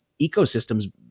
ecosystems